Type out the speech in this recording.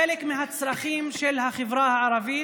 חלק מהצרכים של החברה הערבית.